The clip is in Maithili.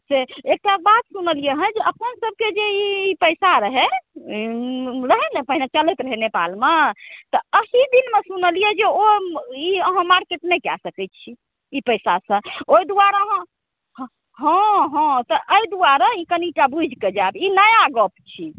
एकटा बात सुनलिए हँ जे अपन सभके जे ई पैसा रहै रहै ने पहिने चलैत रहै नेपालमे तऽ अही दिनमे सुनलिए ओ ई अहाँ मार्केट नहि कऽ सकै छी ई पैसासँ ओहि दुआरे अहाँ हँ हँ तऽ एहि दुआरे कनिटा बुझिके जाएब ई नया गप छी